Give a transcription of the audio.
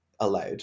allowed